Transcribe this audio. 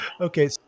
okay